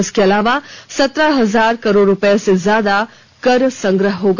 इसके अलावा सत्रह हजार करोड़ रूपये से ज्यादा कर संग्रह हो सकेगा